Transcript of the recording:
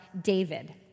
David